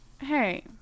Hey